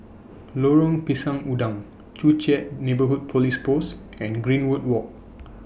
Lorong Pisang Udang Joo Chiat Neighbourhood Police Post and Greenwood Walk